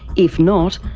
if not,